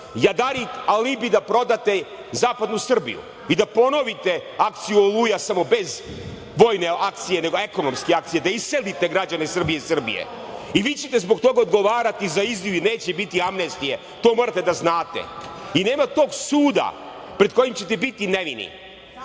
jadarit alibi da prodate zapadnu Srbiju i da ponovite akciju „Oluja“, samo bez vojne akcije, nego ekonomske akcije, da iselite građane Srbije iz Srbije. Vi ćete zbog toga odgovarati za izdaju i neće biti amnestije. To morate da znate. Nema tog suda pred kojim ćete biti nevini.